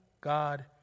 God